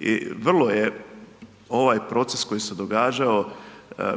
I vrlo je ovaj proces koji se događao